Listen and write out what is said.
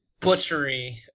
butchery